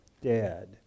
Dad